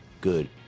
good